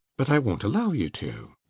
but i won't allow you to!